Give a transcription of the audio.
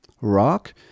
rock